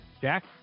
Jack